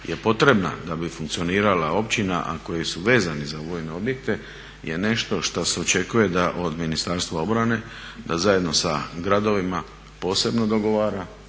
je potrebna da bi funkcionirala općina, a koji su vezani za vojne objekte je nešto što se očekuje da od Ministarstva obrane, da zajedno sa gradovima posebno dogovara,